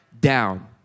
down